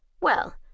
Well